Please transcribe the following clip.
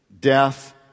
death